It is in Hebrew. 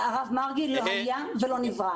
הרב מרגי, לא היה ולא נברא.